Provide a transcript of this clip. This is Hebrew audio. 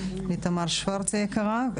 לתמר שוורץ היקרה.